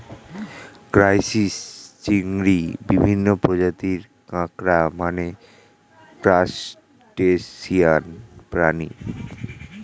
crisis, চিংড়ি, বিভিন্ন প্রজাতির কাঁকড়া মানে ক্রাসটেসিয়ান প্রাণী